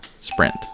Sprint